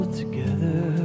together